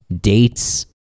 dates